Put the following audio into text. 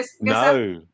No